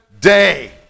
day